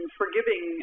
forgiving